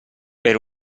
per